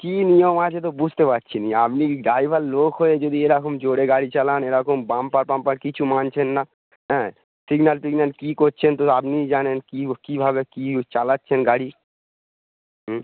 কী নিয়ম আছে তো বুঝতে পারছি না আপনি ড্রাইভার লোক হয়ে যদি এরকম জোরে গাড়ি চালান এরকম বাম্পার পাম্পার কিছু মানছেন না হ্যাঁ সিগনাল পিগনাল কী করছেন তো আপনিই জানেন কী কীভাবে কী চালাচ্ছেন গাড়ি হুম